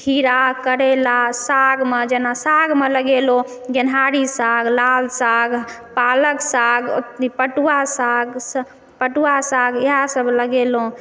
खीरा करैला सागमे जेना सागमे लगेलहुँ गेनहारी साग लाल साग पालक साग पटुआ साग पटुआ साग इएह सब लगेलहुँ